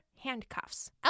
handcuffs